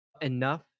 Enough